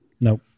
No